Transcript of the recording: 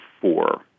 four